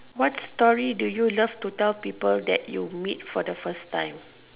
what story do you love to tell people that you meet for the first time